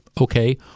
Okay